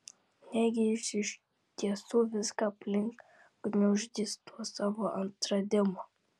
negi jis iš tiesų viską aplink gniuždys tuo savo atradimu